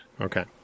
Okay